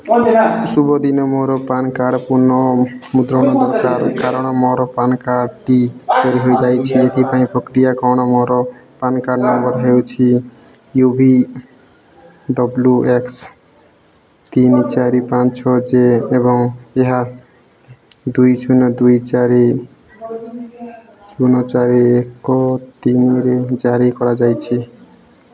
ଶୁଭ ଦିନ ମୋର ପାନ୍ କାର୍ଡ଼ର ପୁନଃମୁଦ୍ରଣ ଦରକାର କାରଣ ମୋର ପାନ୍ କାର୍ଡ଼ଟି ଚୋରି ହୋଇଯାଇଛି ଏଥିପାଇଁ ପ୍ରକ୍ରିୟା କ'ଣ ମୋର ପାନ୍ କାର୍ଡ଼ ନମ୍ବର ହେଉଛି ୟୁ ଭି ଡବ୍ଲୁ ଏକ୍ସ ତିନି ଚାରି ପାଞ୍ଚ ଛଅ ଜେ ଏବଂ ଏହା ଦୁଇ ଶୂନ ଦୁଇ ଚାରି ଶୂନ ଚାରି ଏକ ତିନିରେ ଜାରି କରାଯାଇଛି